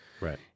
Right